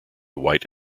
white